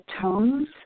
tones